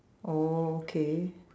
oh okay